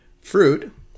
fruit